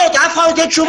אף אחד לא נותן תשובות.